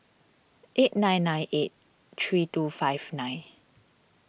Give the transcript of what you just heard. eight nine nine eight three two five nine